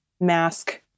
mask